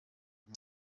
uyu